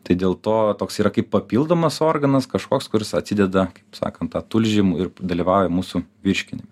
tai dėl to toks yra kaip papildomas organas kažkoks kurs atsideda kaip sakant tą tulžimui ir dalyvauja mūsų virškinime